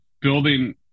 building